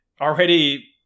already